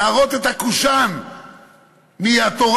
להראות את הקושאן מהתורה,